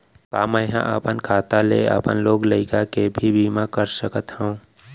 का मैं ह अपन खाता ले अपन लोग लइका के भी बीमा कर सकत हो